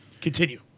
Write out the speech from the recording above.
Continue